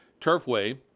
Turfway